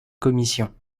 commission